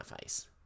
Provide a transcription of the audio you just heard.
face